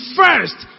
first